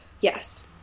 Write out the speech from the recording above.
yes